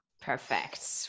perfect